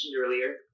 earlier